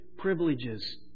privileges